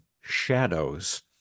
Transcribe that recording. shadows